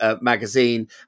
magazine